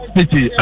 City